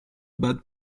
bad